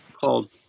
called